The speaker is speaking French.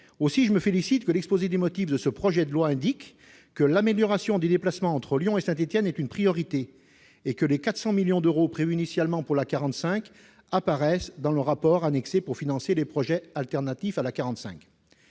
Aussi je me félicite que l'exposé des motifs de ce projet de loi indique que « l'amélioration des déplacements entre Lyon et Saint-Étienne est une priorité » et que les 400 millions d'euros prévus initialement pour la réalisation de l'A 45 apparaissent dans le rapport annexé au titre du financement des projets alternatifs.